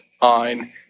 on